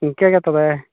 ᱤᱱᱠᱟᱹᱜᱮ ᱛᱚᱵᱮ